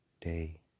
day